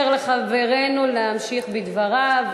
לחברנו להמשיך בדבריו.